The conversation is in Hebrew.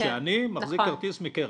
שאני מחזיק כרטיס מקרח.